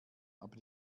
aber